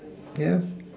yeah